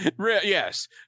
yes